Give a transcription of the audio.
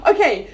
Okay